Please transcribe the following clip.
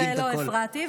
וגם כיבדתי ולא הפרעתי,